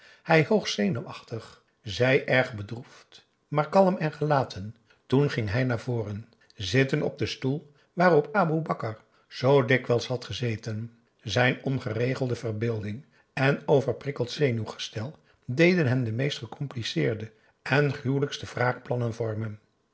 hij hoogst zenuwachtig zij erg bedroefd maar kalm en gelaten toen ging hij naar voren zitten op den stoel waarop aboe bakar zoo dikwijls had gezeten zijn ongeregelde verbeelding en overprikkeld zenuwgestel deden hem de meest gecompliceerde en gruwelijkste wraakplannen vormen